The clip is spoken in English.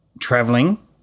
traveling